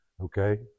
Okay